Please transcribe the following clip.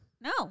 No